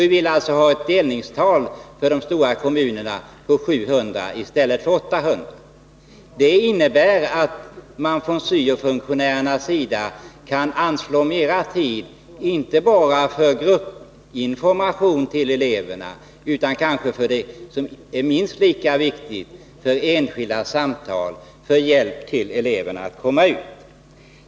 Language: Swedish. Vi vill alltså ha ett delningstal på 700 i stället för 800 för de stora kommunerna. Det innebär att man från syo-funktionärernas sida kan anslå mera tid, inte bara för gruppinformation till eleverna utan kanske för det som är minst lika viktigt, nämligen enskilda samtal som hjälp till eleverna att komma ut.